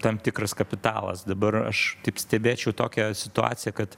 tam tikras kapitalas dabar aš stebėčiau tokią situaciją kad